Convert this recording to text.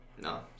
No